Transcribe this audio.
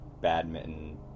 badminton